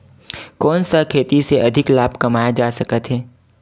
कोन सा खेती से अधिक लाभ कमाय जा सकत हे?